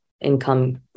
income